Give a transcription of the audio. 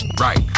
Right